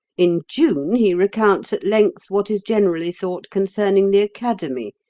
in june he recounts at length what is generally thought concerning the academy,